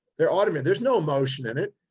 they're automated. there's no emotion in it.